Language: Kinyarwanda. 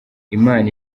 imana